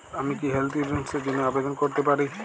আমি কি health insurance র জন্য আবেদন করতে পারি?